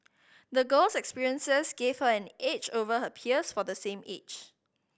the girl's experiences gave her an edge over her peers for the same age